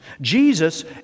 Jesus